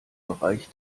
bereich